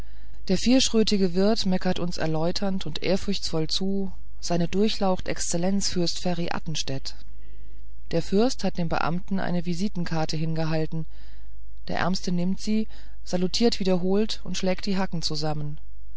der vierschrötige wirt meckert uns erläuternd und ehrfurchtsvoll zu seine durchlaucht exzellenz fürst ferri athenstädt der fürst hat dem beamten eine visitenkarte hingehalten der ärmste nimmt sie salutiert wiederholt und schlägt die hacken zusammen